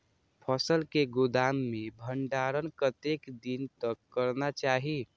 फसल के गोदाम में भंडारण कतेक दिन तक करना चाही?